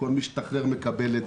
שכל משתחרר מקבל,